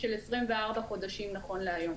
של 24 חודשים נכון להיום.